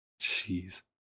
jeez